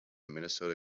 minnesota